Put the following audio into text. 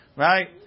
right